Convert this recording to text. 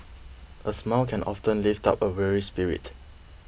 a smile can often lift up a weary spirit